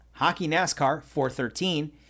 HockeyNASCAR413